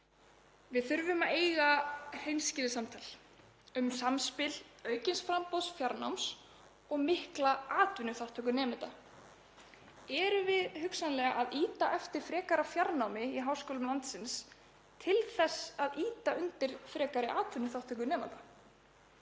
Við þurfum að eiga hreinskilið samtal um samspil aukins framboðs fjarnáms og mikillar atvinnuþátttöku nemenda. Erum við hugsanlega að ýta á eftir frekara fjarnámi í háskólum landsins til þess að ýta undir frekari atvinnuþátttöku nemenda?